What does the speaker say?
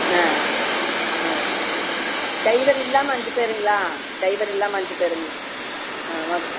ஆ ஆ டைவர் இல்லாமல் அஞ்சு பேருங்களா டைவர் இல்லாமல் அஞ்சு பேருங்களா ஆ ஓகே